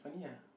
funny ah